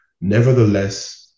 nevertheless